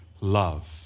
love